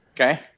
Okay